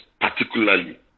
particularly